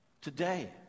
today